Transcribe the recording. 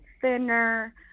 thinner